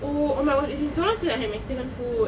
oh oh my gosh it's been so long since I had mexican food